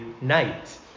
night